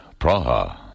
Praha